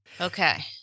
Okay